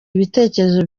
ibitekerezo